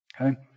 Okay